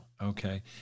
Okay